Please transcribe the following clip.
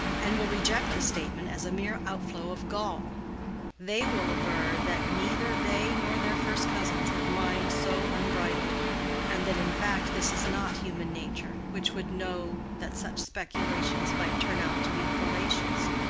and will reject the statement as a mere outflow of gall they will aver that neither they nor their first cousins have minds so unbridled and that in fact this is not human nature, which would know that such speculations might turn out to be fallacious,